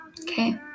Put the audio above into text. Okay